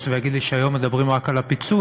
ויגיד לי שהיום מדברים רק על הפיצול,